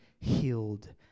healed